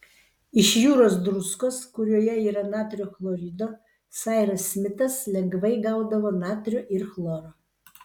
iš jūros druskos kurioje yra natrio chlorido sairas smitas lengvai gaudavo natrio ir chloro